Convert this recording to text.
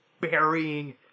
burying